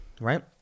right